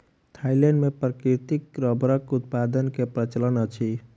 Thailand मे प्राकृतिक रबड़क उत्पादन के प्रचलन अछि